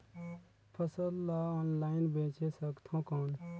फसल ला ऑनलाइन बेचे सकथव कौन?